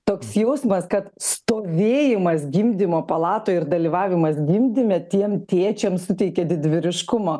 toks jausmas kad stovėjimas gimdymo palatoe ir dalyvavimas gimdyme tiems tėčiam suteikia didvyriškumo